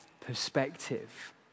perspective